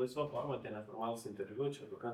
laisva forma tie neformalūs interviu čia jeigu ką